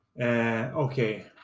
Okay